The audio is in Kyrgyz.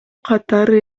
катары